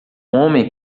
homem